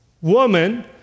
Woman